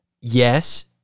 Yes